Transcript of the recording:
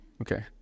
Okay